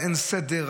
על האי-סדר,